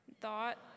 thought